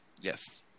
Yes